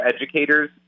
educators